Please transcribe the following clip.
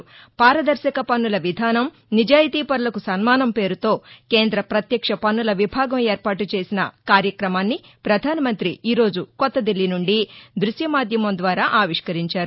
పారదర్శక పస్నుల విధానం నిజాయతీ పరులకు సన్మానం పేరుతో కేంద్ర పత్యక్ష పన్నుల విభాగం ఏర్పాటు చేసిన కార్యక్రమాన్ని ప్రధానమంత్రి ఈ రోజు కొత్తదిల్లీ నుండి దృశ్య మాధ్యమం ద్వారా ఆవిష్కరించారు